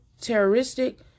terroristic